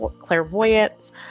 clairvoyance